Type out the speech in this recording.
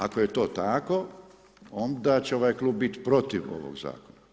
Ako je to tako, onda će ovaj klub biti protiv ovog zakona.